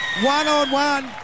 one-on-one